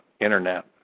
internet